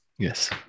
Yes